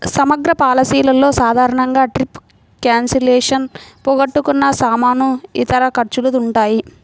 సమగ్ర పాలసీలలో సాధారణంగా ట్రిప్ క్యాన్సిలేషన్, పోగొట్టుకున్న సామాను, ఇతర ఖర్చులు ఉంటాయి